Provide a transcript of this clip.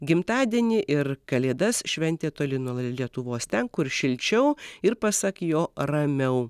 gimtadienį ir kalėdas šventė toli nuo lietuvos ten kur šilčiau ir pasak jo ramiau